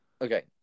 Okay